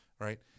right